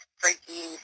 freaky